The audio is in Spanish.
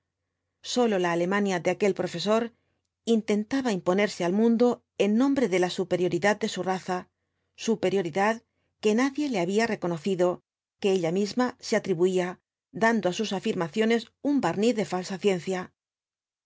sólo la alemania de aquel profesor intentaba imponerse al mundo en nombre de la superioridad de su raza superioridad que nadie le había reconocido que ella misma se atribuía dando á sus afirmaciones un barniz de falsa ciencia